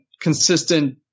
consistent